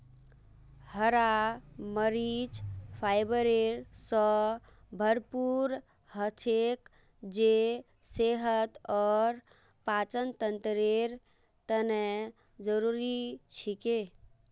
हरा मरीच फाइबर स भरपूर हछेक जे सेहत और पाचनतंत्रेर तने जरुरी छिके